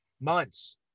months